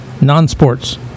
Non-sports